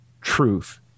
truth